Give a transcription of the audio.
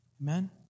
Amen